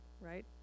right